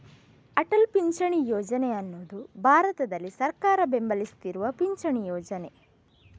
ಅಟಲ್ ಪಿಂಚಣಿ ಯೋಜನೆ ಅನ್ನುದು ಭಾರತದಲ್ಲಿ ಸರ್ಕಾರ ಬೆಂಬಲಿಸ್ತಿರುವ ಪಿಂಚಣಿ ಯೋಜನೆ